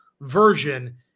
version